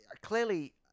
Clearly